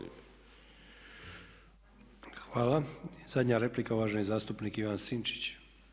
I zadnja replika uvaženi zastupnik Ivan Sinčić.